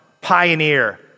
Pioneer